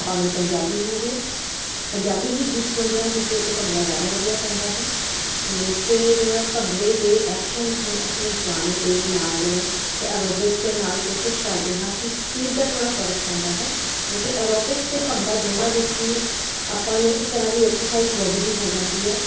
ਭਾਵੇਂ ਉਹ ਪੰਜਾਬੀ ਹੋਵੇ ਪੰਜਾਬੀ ਹੀ ਗੀਤ ਚੁਣਦੇ ਹਾਂ ਕਿਉਂਕਿ ਉੱਤੇ ਭੰਗੜਾ ਜ਼ਿਆਦਾ ਵਧੀਆ ਪੈਂਦਾ ਹੈ ਅਤੇ ਫਿਰ ਭੰਗੜੇ ਦੇ ਐਕਸ਼ਨਸ ਨੂੰ ਅਸੀਂ ਉਸ ਗਾਣੇ ਦੇ ਨਾਲ ਤੇ ਐਰੋਬਿਕਸ ਦੇ ਨਾਲ ਕੋਸ਼ਿਸ਼ ਕਰਦੇ ਹਾਂ ਕਿ ਸਪੀਡ ਦਾ ਥੋੜ੍ਹਾ ਫਰਕ ਪੈਂਦਾ ਹੈ ਕਿਉਂਕਿ ਐਰੋਬਿਕਸ ਅਤੇ ਭੰਗੜਾ ਦੋਨਾਂ ਦੇ ਵਿੱਚ ਹੀ ਆਪਾਂ ਨੂੰ ਇਕ ਤਰ੍ਹਾਂ ਦੀ ਐਕਸਰਸਾਈਜ਼ ਬੌਡੀ ਦੀ ਹੋ ਜਾਂਦੀ ਹੈ